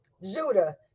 Judah